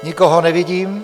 Nikoho nevidím.